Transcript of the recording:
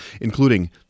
including